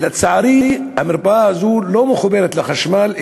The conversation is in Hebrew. ולצערי המרפאה הזאת לא מחוברת לחשמל,